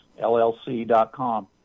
LLC.com